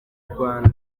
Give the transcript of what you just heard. rwanda